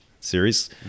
series